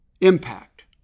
impact